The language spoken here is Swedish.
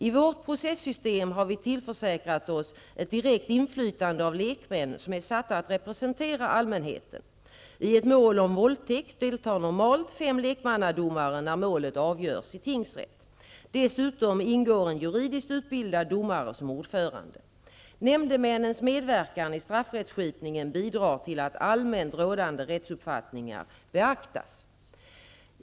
I vårt processystem har vi tillförsäkrat oss ett direkt inflytande av lekmän, som är satta att representera allmänheten. I ett mål om våldtäkt deltar normalt fem lekmannadomare när målet avgörs i tingsrätt. Dessutom ingår en juridiskt utbildad domare som ordförande. Nämndemännens medverkan i straffrättskipningen bidrar till att allmänt rådande rättsuppfattning beaktas.